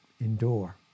Endure